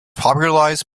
popularized